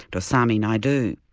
dorsami naidu.